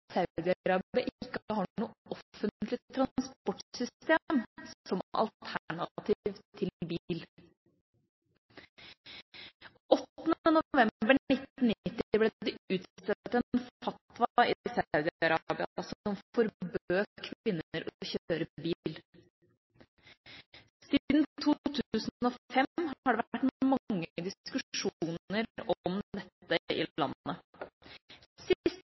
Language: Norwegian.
ikke har noe offentlig transportsystem som alternativ til bil. 8. november 1990 ble det utstedt en fatwa i Saudi-Arabia som forbød kvinner å kjøre bil. Siden 2005 har det vært mange diskusjoner om dette